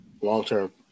Long-term